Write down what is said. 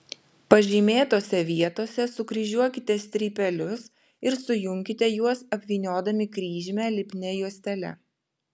pažymėtose vietose sukryžiuokite strypelius ir sujunkite juos apvyniodami kryžmę lipnia juostele